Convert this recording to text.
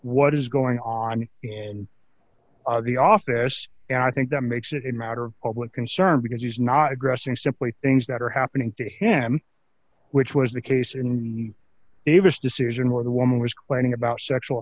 what is going on in the office and i think that makes it a matter of public concern because he's not addressing simply things that are happening to him which was the case in the davis decision where the woman was claiming about sexual